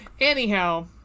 Anyhow